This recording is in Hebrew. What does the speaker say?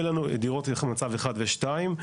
דירות במצב 1 ו-2.